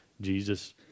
Jesus